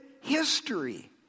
history